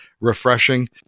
refreshing